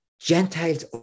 Gentiles